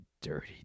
dirty